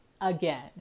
again